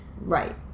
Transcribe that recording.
Right